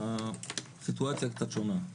הסיטואציה קצת שונה.